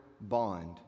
bond